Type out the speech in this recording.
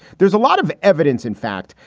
there's a lot of evidence, in fact,